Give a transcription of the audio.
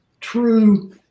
true